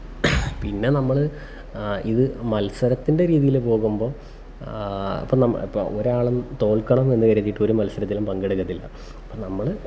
പിന്നെ നമ്മൾ ഇതു മത്സരത്തിൻ്റെ രീതിയിൽ പോകുമ്പം ഇപ്പം നമ്മൾ ഇപ്പം ഒരാളും തോൽക്കണം എന്നു കരുതിയിട്ടൊരു മത്സരത്തിലും പങ്കെടുക്കത്തില്ല അപ്പം നമ്മൾ